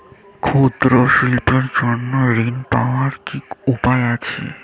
ক্ষুদ্র শিল্পের জন্য ঋণ পাওয়ার কি উপায় আছে?